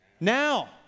Now